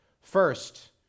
First